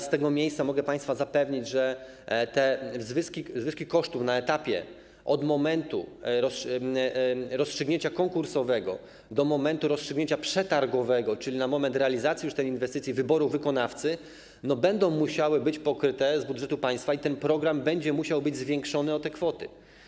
Z tego miejsca mogę państwa zapewnić, że te zwyżki kosztów na etapie od momentu rozstrzygnięcia konkursowego do momentu rozstrzygnięcia przetargowego, czyli na moment realizacji już tej inwestycji, wyboru wykonawcy, będą musiały być pokryte z budżetu państwa i że fundusz na ten program będzie musiał być zwiększony o te kwoty.